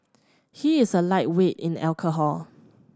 he is a lightweight in alcohol